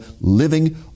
Living